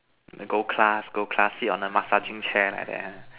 gold class gold class sit on a massaging chair like that ah